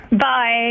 Bye